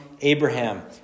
Abraham